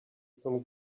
some